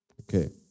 Okay